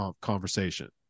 conversation